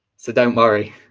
so don't worry!